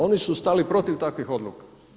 Oni su stali protiv takvih odluka.